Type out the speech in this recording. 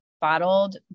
bottled